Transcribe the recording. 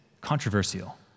controversial